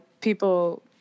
people